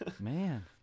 man